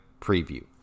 preview